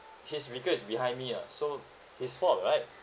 his vehicle is behind me ah so his fault right